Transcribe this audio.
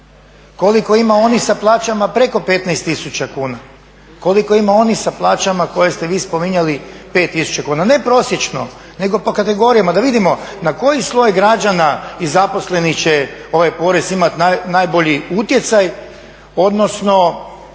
Koliko ima onih sa plaćama preko 15 000 kuna? Koliko ima onih sa plaćama koje ste vi spominjali 5000 kuna? Ne prosječno, nego po kategorijama pa da vidimo na koji sloj građana i zaposlenih će ovaj porez imati najbolji utjecaj, odnosno